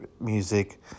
music